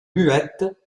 muette